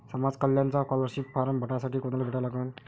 समाज कल्याणचा scholarship form भरासाठी कुनाले भेटा लागन?